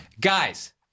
Guys